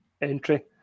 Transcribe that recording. entry